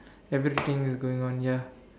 everything is going on ya